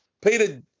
Peter